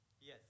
Yes